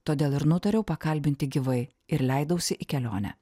todėl ir nutariau pakalbinti gyvai ir leidausi į kelionę